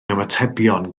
ymatebion